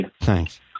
Thanks